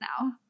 now